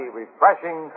refreshing